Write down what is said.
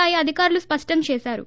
I అధికారులు సృష్ణం చేసారు